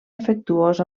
afectuós